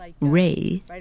Ray